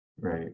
Right